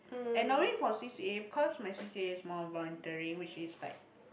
and only for C_C_A cause my C_C_A is more volunteering which is like